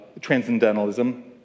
transcendentalism